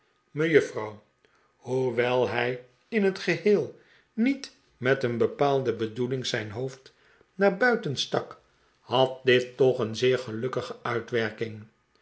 hoewel hij in het geheel niet met een bepaalde bedoeling zijn hoofd naar buiten stak had dit toch een zeer gelukkige uitwerking